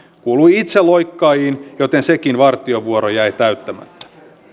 kuului itse loikkaajiin joten sekin vartiovuoro jäi täyttämättä